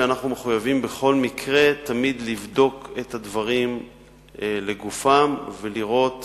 אנחנו מחויבים בכל מקרה תמיד לבדוק את הדברים לגופם ולראות